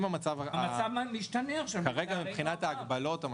המצב משתנה עכשיו --- כרגע מבחינת ההגבלות,